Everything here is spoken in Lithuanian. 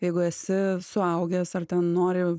jeigu esi suaugęs ar nori